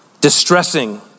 distressing